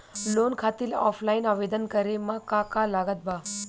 Loan खातिर offline आवेदन करे म का का लागत बा?